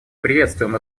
приветствуем